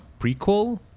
prequel